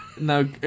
No